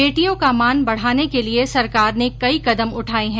बेटियों का मान बढाने के लिये सरकार ने कई कदम उठाये हैं